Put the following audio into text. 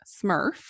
Smurf